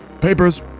Papers